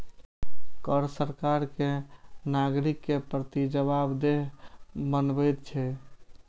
कर सरकार कें नागरिक के प्रति जवाबदेह बनबैत छै